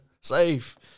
Safe